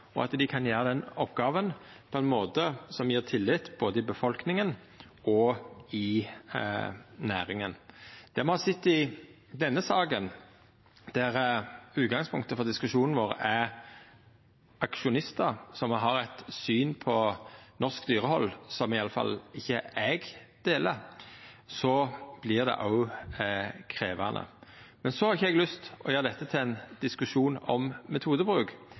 og at dei kan utføra oppgåva på ein måte som gjev tillit både i befolkninga og i næringa. Med det me har sett i denne saka, der utgangspunktet for diskusjonen vår er aksjonistar som har eit syn på norsk dyrehald som i alle fall ikkje eg deler, vert det krevjande. Eg har ikkje lyst til å gjera dette til ein diskusjon om metodebruk,